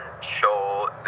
show